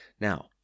Now